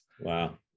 wow